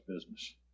business